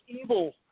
evil